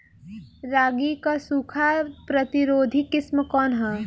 रागी क सूखा प्रतिरोधी किस्म कौन ह?